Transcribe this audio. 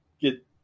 get